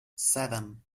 seven